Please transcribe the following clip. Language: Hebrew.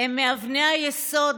הן מאבני היסוד